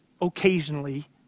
occasionally